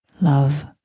love